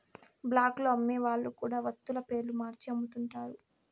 black లో అమ్మే వాళ్ళు కూడా వత్తుల పేర్లు మార్చి అమ్ముతుంటారు